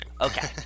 Okay